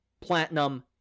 platinum